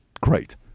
Great